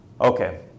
okay